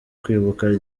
kwibuka